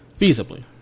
feasibly